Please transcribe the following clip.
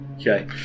Okay